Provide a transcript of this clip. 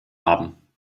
haben